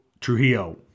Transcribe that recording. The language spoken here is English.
Trujillo